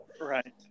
Right